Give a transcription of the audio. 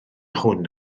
hwn